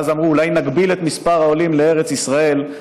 ואז אמרו: אולי נגביל את מספר העולים לארץ ישראל.